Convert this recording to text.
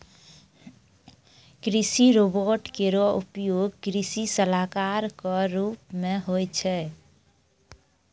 कृषि रोबोट केरो उपयोग कृषि सलाहकार क रूप मे होय छै